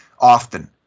often